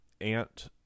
ant